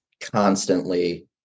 constantly